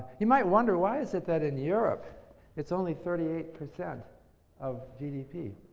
you might wonder, why is it that in europe it's only thirty eight percent of gdp?